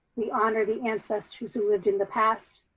we honor the ancestors who lived in the past,